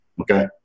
okay